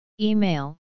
Email